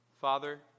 Father